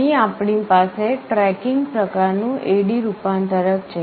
અહીં આપણી પાસે ટ્રેકિંગ પ્રકાર નું AD રૂપાંતરક છે